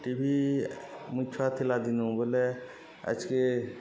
ଟି V ମୁଇଁ ଛୁଆ ଥିଲା ଦିନୁ ବଏଲେ ଆଏଜ୍କେ